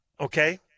Okay